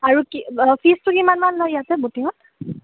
আৰু কি ফিজটো কিমানমান লয় ইয়াতে ব'টিঙত